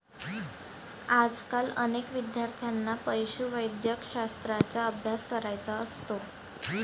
आजकाल अनेक विद्यार्थ्यांना पशुवैद्यकशास्त्राचा अभ्यास करायचा असतो